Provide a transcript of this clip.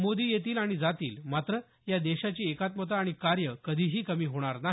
मोदी येतील आणि जातील मात्र या देशाची एकात्मता आणि कार्य कधीही कमी होणार नाही